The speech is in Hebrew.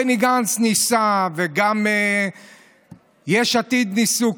גם בני גנץ ניסה וגם יש עתיד ניסו.